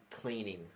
cleaning